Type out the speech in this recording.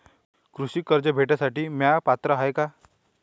कृषी कर्ज भेटासाठी म्या पात्र हाय का?